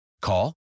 Call